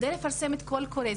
כדי לפרסם את הקול הקורא,